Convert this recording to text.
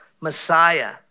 Messiah